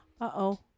Uh-oh